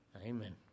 Amen